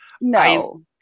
no